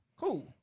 Cool